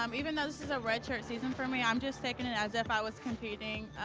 um even though this is a red shirt season for me, i'm just taking it as if i was competing.